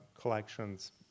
collections